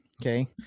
Okay